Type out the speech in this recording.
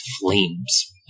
flames